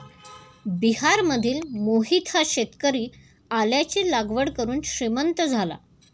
बिहारमधील मोहित हा शेतकरी आल्याची लागवड करून श्रीमंत झाला